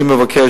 אני מבקש,